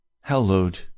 hallowed